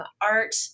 art